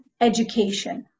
education